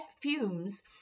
fumes